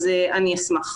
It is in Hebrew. אני אשמח.